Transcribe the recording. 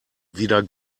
wieder